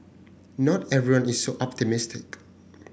not everyone is so optimistic